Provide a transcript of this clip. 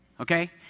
Okay